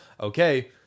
okay